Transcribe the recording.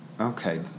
Okay